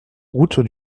route